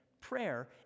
prayer